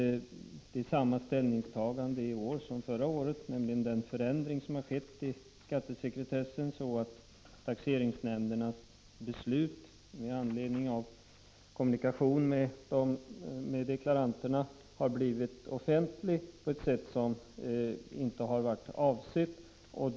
Vi gör där samma ställningstagande i år som förra året. En förändring har skett i skattesekretessen så att taxeringsnämndernas beslut med anledning av kommunikation med deklaranterna har blivit offentliga på ett sätt som inte har varit avsett.